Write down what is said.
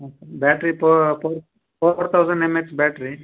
ಮತ್ತು battery four four thousand M H battery